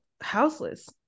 houseless